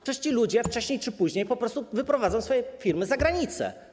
Przecież ci ludzie wcześniej czy później po prostu wyprowadzą swoje firmy za granicę.